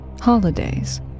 holidays